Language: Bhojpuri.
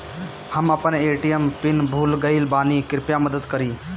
हम अपन ए.टी.एम पिन भूल गएल बानी, कृपया मदद करीं